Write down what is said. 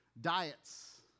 Diets